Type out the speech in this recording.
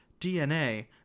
DNA